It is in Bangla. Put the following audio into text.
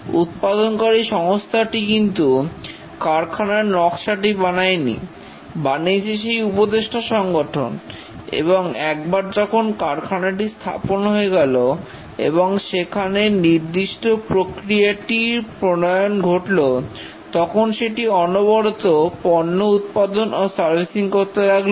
উৎপাদনকারী সংস্থা টি কিন্তু কারখানার নকশা টি বানায়নি বানিয়েছে সেই উপদেষ্টা সংগঠন এবং একবার যখন কারখানাটি স্থাপন হয়ে গেল এবং সেখান নির্দিষ্ট প্রক্রিয়াটির প্রণয়ন ঘটলো তখন সেটি অনবরত পণ্য উৎপাদন ও সার্ভিসিং করতে লাগলো